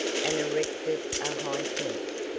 and erected a high fence,